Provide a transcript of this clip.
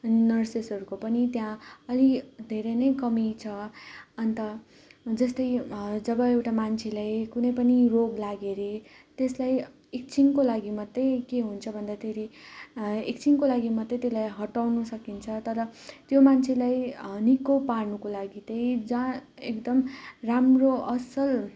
नर्सेसहरूको पनि त्यहाँ अलिक धेरै नै कमी छ अन्त जस्तै जब एउटा मान्छेलाई कुनै पनि रोग लाग्यो अरे त्यसलाई एकछिनको लागि मात्र के हुन्छ भन्दाखेरि एकछिनको लागि मात्र त्यसलाई हटाउनु सकिन्छ तर त्यो मान्छेलाई निको पार्नुको लागि त्यही जहाँ एकदम राम्रो असल